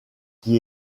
qui